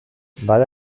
bada